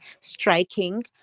striking